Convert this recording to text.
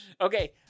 Okay